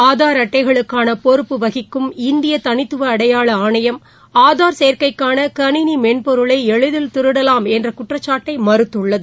ஆதார் அட்டைகளுக்கான பொறுப்பு வகிக்கும் இந்திய தனித்துவ அடையாள ஆணையம் ஆதார் சேர்க்கைக்கான கணினி மென்பொருளை எளிதில் திருடலாம் என்ற குற்றச்சாட்டை மறுத்துள்ளது